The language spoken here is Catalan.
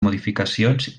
modificacions